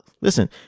listen